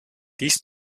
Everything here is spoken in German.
dies